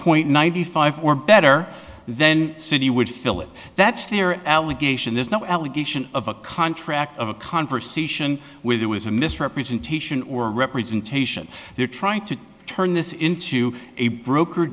point ninety five or better then city would fill it that's their allegation there's no allegation of a contract of a conversation with you is a misrepresentation or representation they're trying to turn this into a broker